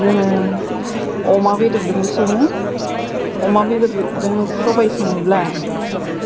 जोङो अमा बेदरदोंबो सङो अमा बेदरदों सबाइ सङोब्ला